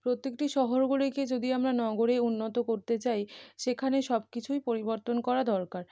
প্রত্যেকটি শহরগুলিকে যদি আমরা নগরে উন্নত করতে চাই সেখানে সব কিছুই পরিবর্তন করা দরকার